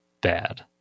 bad